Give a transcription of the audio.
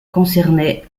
concernait